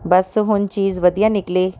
ਬਸ ਹੁਣ ਚੀਜ਼ ਵਧੀਆ ਨਿਕਲੇ